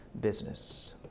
business